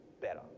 better